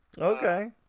Okay